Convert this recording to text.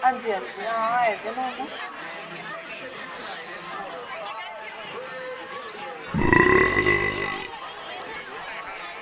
आं अंजी अंजी आये न हून